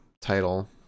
title